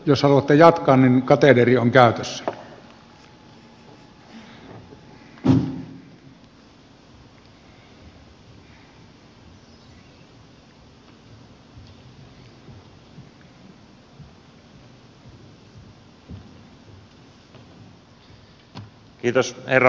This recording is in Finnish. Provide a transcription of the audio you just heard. jos haluatte jatkaa niin kateederi on käytössä